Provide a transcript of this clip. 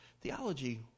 Theology